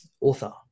author